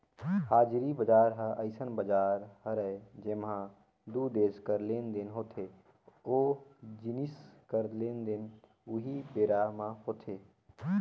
हाजिरी बजार ह अइसन बजार हरय जेंमा दू देस कर लेन देन होथे ओ जिनिस कर लेन देन उहीं बेरा म होथे